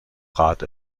rat